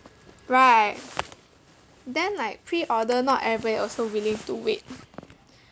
right then like pre order not everybody also willing to wait